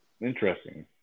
Interesting